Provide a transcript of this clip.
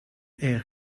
air